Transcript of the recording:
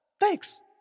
thanks